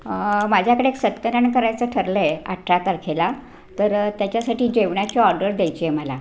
माझ्याकडे एक करायचं ठरलं आहे अठरा तारखेला तर त्याच्यासाठी जेवणाची ऑर्डर द्यायची आहे मला